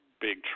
big